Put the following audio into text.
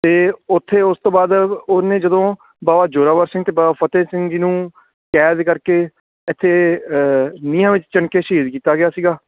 ਅਤੇ ਉੱਥੇ ਉਸ ਤੋਂ ਬਾਅਦ ਉਹਨੇ ਜਦੋਂ ਬਾਬਾ ਜ਼ੋਰਾਵਰ ਸਿੰਘ ਅਤੇ ਬਾਬਾ ਫਤਿਹ ਸਿੰਘ ਜੀ ਨੂੰ ਕੈਦ ਕਰਕੇ ਇੱਥੇ ਨੀਹਾਂ ਵਿੱਚ ਚਿਣ ਕੇ ਸ਼ਹੀਦ ਕੀਤਾ ਗਿਆ ਸੀਗਾ